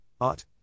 art